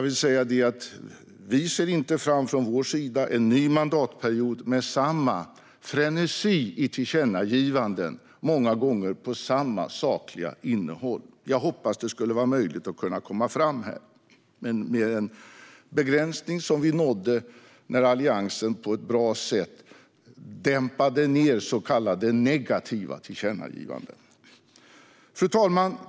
Vi ser inte från vår sida framför oss en ny mandatperiod med samma frenesi vad gäller tillkännagivanden, många gånger med samma sakliga innehåll. Jag hoppas att det är möjligt att komma fram här med den begränsning som vi nådde när Alliansen på ett bra sätt dämpade ned så kallade negativa tillkännagivanden. Fru talman!